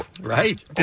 Right